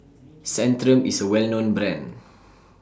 Centrum IS A Well known Brand